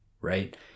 right